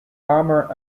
palmer